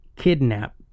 kidnap